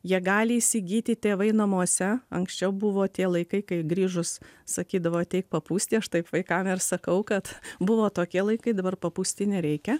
jie gali įsigyti tėvai namuose anksčiau buvo tie laikai kai grįžus sakydavo ateik papūsti aš taip vaikam ir sakau kad buvo tokie laikai dabar papūsti nereikia